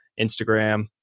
instagram